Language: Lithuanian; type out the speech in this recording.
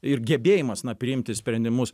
ir gebėjimas na priimti sprendimus